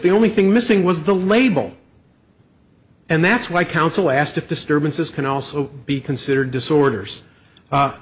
the only thing missing was the label and that's why counsel asked if disturbances can also be considered